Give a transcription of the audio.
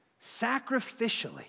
sacrificially